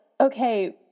okay